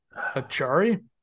Achari